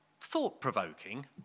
thought-provoking